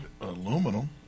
Aluminum